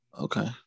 okay